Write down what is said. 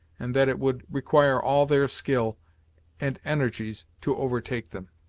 and that it would require all their skill and energies to overtake them.